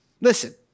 Listen